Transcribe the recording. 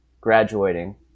graduating